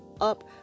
up